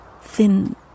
Thin